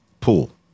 pool